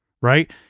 right